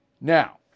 Now